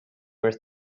earth